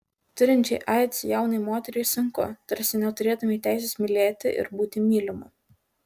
turinčiai aids jaunai moteriai sunku tarsi neturėtumei teisės mylėti ir būti mylimu